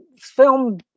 Film